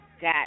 got